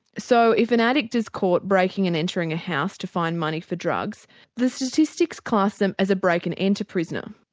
so if an addict is caught breaking and entering a house to find money for drugs the statistics class them as a break and enter prisoner.